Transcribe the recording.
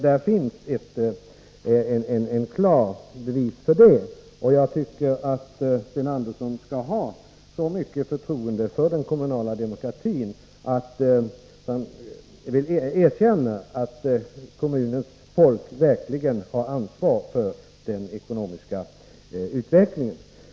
Det finns klara bevis för det. Jag tycker Sten Andersson skall ha så mycket förtroende för den kommunala demokratin att han erkänner att kommmunens folk verkligen känner ansvar för den ekonomiska utvecklingen.